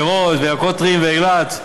פירות וירקות טריים ואילת,